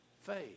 faith